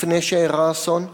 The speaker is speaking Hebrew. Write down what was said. לפני שאירע האסון?